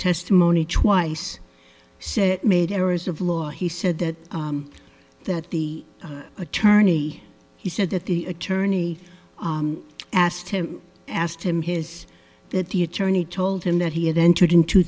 testimony twice said it made errors of law he said that that the attorney he said that the attorney asked him asked him his that the attorney told him that he had entered in two